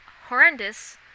horrendous